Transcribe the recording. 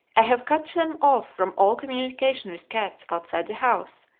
i have cut them off from all communication with cats outside the house,